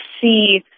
see